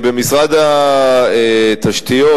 במשרד התשתיות,